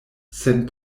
sen